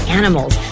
animals